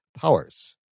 powers